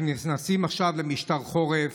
אנחנו נכנסים עכשיו למשטר חורף.